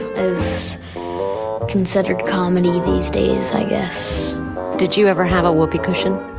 is considered comedy these days i guess did you ever have a whoopee cushion?